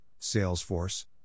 Salesforce